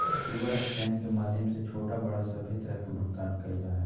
QR scan के माध्यम से छोटा बड़ा सभे तरह के भुगतान कइल जा हइ